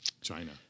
China